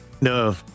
No